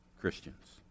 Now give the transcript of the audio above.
Christians